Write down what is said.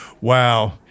Wow